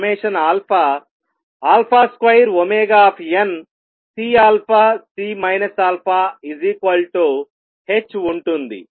కనుక నాకు 2πmddn2CC αh ఉంటుంది